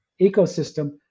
ecosystem